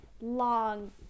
Long